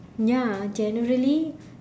ya generally